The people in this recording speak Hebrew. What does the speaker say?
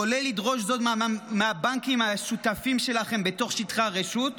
כולל לדרוש זאת מהבנקים השותפים שלכם בתוך שטחי הרשות,